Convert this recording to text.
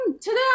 Today